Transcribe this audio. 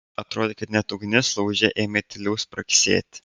atrodė kad net ugnis lauže ėmė tyliau spragsėti